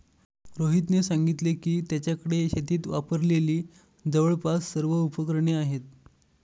रोहितने सांगितले की, त्याच्याकडे शेतीत वापरलेली जवळपास सर्व उपकरणे आहेत